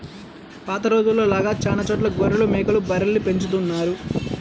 పాత రోజుల్లో లాగా చానా చోట్ల గొర్రెలు, మేకలు, బర్రెల్ని పెంచుతున్నారు